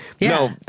no